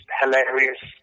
hilarious